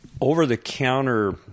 over-the-counter